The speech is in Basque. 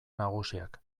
nagusiak